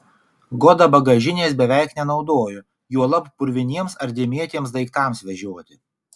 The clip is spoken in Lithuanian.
goda bagažinės beveik nenaudojo juolab purviniems ar dėmėtiems daiktams vežioti